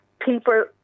people